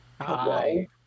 Hi